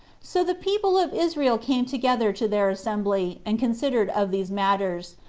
so the people of israel came together to their assembly, and considered of these matters,